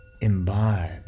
imbibe